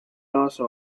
also